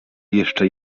jeszcze